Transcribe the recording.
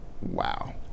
Wow